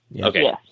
Okay